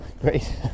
great